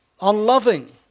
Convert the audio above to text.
unloving